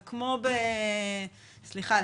סליחה,